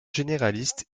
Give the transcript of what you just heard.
généraliste